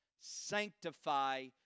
sanctify